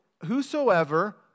whosoever